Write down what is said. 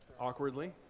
awkwardly